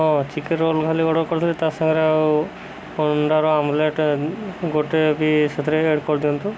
ହଁ chicken roll ଖାଲି order କରିଥିଲି ତା ସାଙ୍ଗରେ ଆଉ ଅଣ୍ଡାର ଆମଲେଟ୍ ଗୋଟେ ବି ସେଥିରେ ଏଡ଼୍ କରିଦିଅନ୍ତୁ